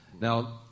Now